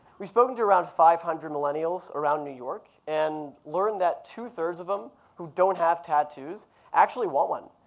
we've spoken to around five hundred millennials around new york and learned that two three of em who don't have tattoos actually want one.